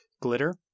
Glitter